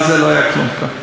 בגלל זה לא היה כלום כאן.